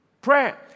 Prayer